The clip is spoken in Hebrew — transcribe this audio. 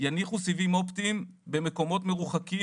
יניחו סיבים אופטיים במקומות מרוחקים,